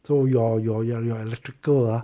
so your your your your electrical ah